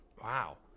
Wow